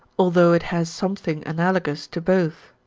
although it has something analogous to both.